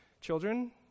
Children